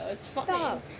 Stop